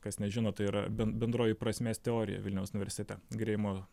kas nežino tai yra ben bendroji prasmės teorija vilniaus universitete greimo